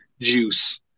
juice